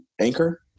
anchor